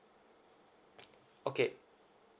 okay